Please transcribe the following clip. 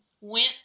went